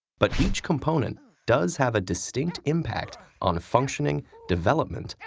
but each component does have a distinct impact on functioning, development,